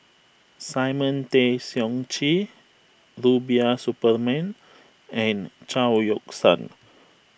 Simon Tay Seong Chee Rubiah Suparman and Chao Yoke San